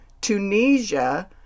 Tunisia